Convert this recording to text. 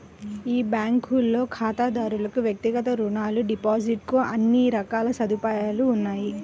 ఈ బ్యాంకులో ఖాతాదారులకు వ్యక్తిగత రుణాలు, డిపాజిట్ కు అన్ని రకాల సదుపాయాలు ఉన్నాయి